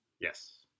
Yes